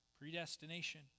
predestination